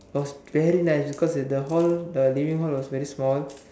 was very nice because is the hall the living hall was very small